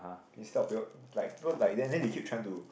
this type of people like people like them then they keep trying to